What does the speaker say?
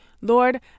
Lord